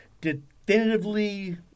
definitively